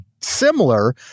similar